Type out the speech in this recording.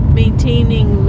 maintaining